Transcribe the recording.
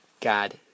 God